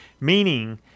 meaning